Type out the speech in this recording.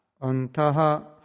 antaha